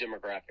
demographic